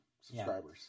subscribers